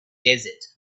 desert